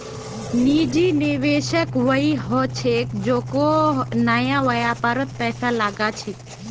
निजी निवेशक वई ह छेक जेको नया व्यापारत पैसा लगा छेक